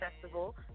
Festival